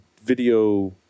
video